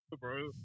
bro